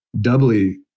doubly